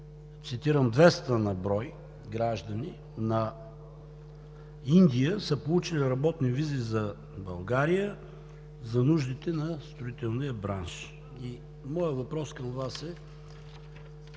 цитирам: „Двеста на брой граждани на Индия са получили работни визи за България за нуждите на строителния бранш.“ Моят въпрос към Вас е: